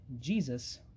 Jesus